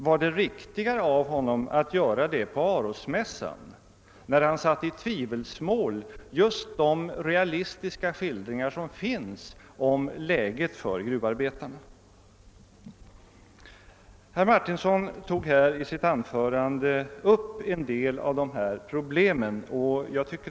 Var det riktigare av honom att göra det på Arosmässan, när han satte i tvivelsmål de realistiska skildringar som finns om läget för gruvarbetarna? upp en del av dessa problem.